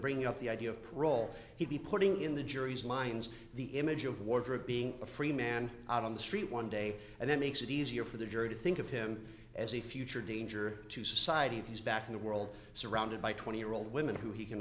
bringing up the idea of parole he'd be putting in the jury's minds the image of wardrobe being a free man out on the street one day and then makes it easier for the jury to think of him as a future danger to society he's back in the world surrounded by twenty year old women who he can